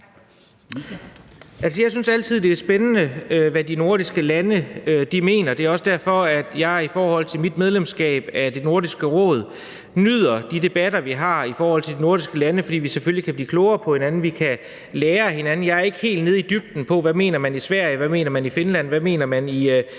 Jeg synes altid, det er spændende, hvad de nordiske lande mener. Det er også derfor, jeg i forhold til mit medlemskab af Nordisk Råd nyder de debatter, vi har, om de nordiske lande, fordi vi selvfølgelig kan blive klogere på hinanden; vi kan lære af hinanden. Jeg er ikke helt nede i dybden med, hvad man mener i Sverige, hvad man mener i Finland, hvad man mener